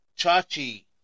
Chachi